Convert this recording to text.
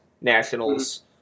Nationals